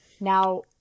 now